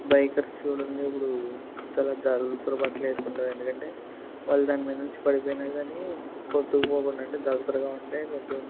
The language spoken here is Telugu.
బైకర్స్ చూడండి ఇప్పుడు చాలా దల్సర్ బట్టలు వేసుకోంటారు ఎందుకంటే వాళ్ళు దాని మీద నుంచి పడిపోయిన గానీ కొట్టుకుపోకుండా అంటే దల్సర్గా ఉంటే కొంచెం